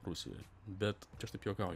rusijoj bet čia aš taip juokauju